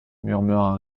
murmura